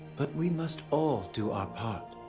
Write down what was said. but we must all do our part.